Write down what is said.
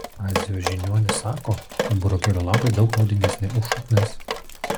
azijos žiniuonys sako kad burokėlio lapai daug naudingesni už šaknis